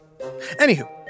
Anywho